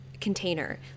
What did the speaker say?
container